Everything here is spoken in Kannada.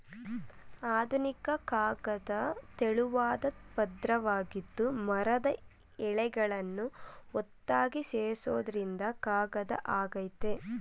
ಆಧುನಿಕ ಕಾಗದ ತೆಳುವಾದ್ ಪದ್ರವಾಗಿದ್ದು ಮರದ ಎಳೆಗಳನ್ನು ಒತ್ತಾಗಿ ಸೇರ್ಸೋದ್ರಿಂದ ಕಾಗದ ಆಗಯ್ತೆ